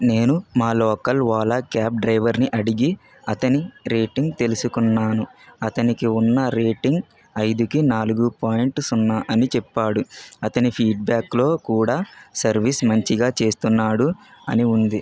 నేను మా local Ola cab driver ని అడిగి అతని రేటింగ్ తెలుసుకున్నాను అతనికి ఉన్న రేటింగ్ ఐదుకి నాలుగు పాయింట్ సున్నా అని చెప్పాడు అతని ఫీడ్బ్యాక్లో కూడా సర్వీస్ మంచిగా చేస్తున్నాడు అని ఉంది